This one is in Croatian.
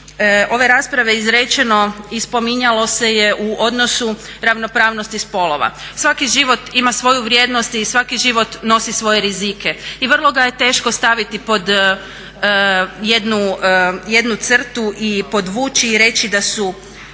ove rasprave izrečeno i spominjalo se u odnosu ravnopravnosti spolova. Svaki život ima svoju vrijednost i svaki život nosi svoje rizike i vrlo ga je teško staviti pod jednu crtu i podvući i reći da su